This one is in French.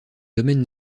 domaine